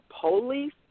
police